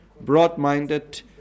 broad-minded